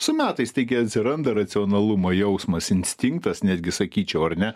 su metais taigi atsiranda racionalumo jausmas instinktas netgi sakyčiau ar ne